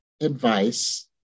advice